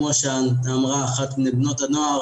כמו שאמרה אחת מבנות הנוער,